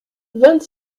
vingt